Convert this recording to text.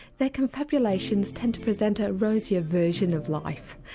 their confabulations tend to present a rosier version of life.